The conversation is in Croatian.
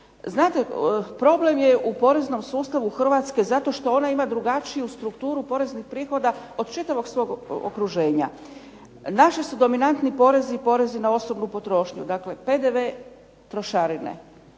Znate, problem je u poreznom sustavu Hrvatske zato što ona ima drugačiju strukturu poreznih prihoda od čitavog svog okruženja. Naši su dominantni porezi, porezi na osobnu potrošnju, dakle PDV, trošarine.